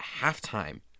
halftime